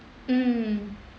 mmhmm